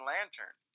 Lantern